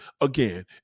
again